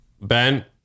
Ben